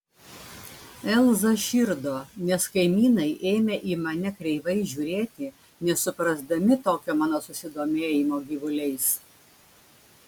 elza širdo nes kaimynai ėmė į mane kreivai žiūrėti nesuprasdami tokio mano susidomėjimo gyvuliais